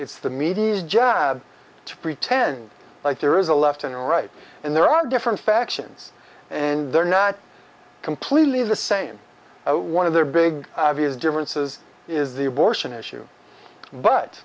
it's the media's jab to pretend like there is a left and right and there are different factions and they're not completely the same one of their big obvious differences is the abortion issue but